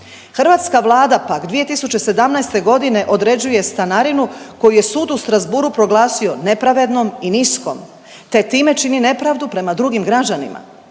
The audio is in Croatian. Hrvatska Vlada pak 2017.g. određuje stanarinu koju je Strasbourgu proglasio nepravednom i niskom te time čini nepravdu prema drugim građanima.